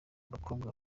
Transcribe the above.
bakobwa